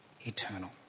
eternal